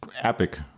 epic